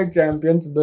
Champions